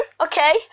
okay